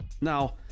Now